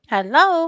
Hello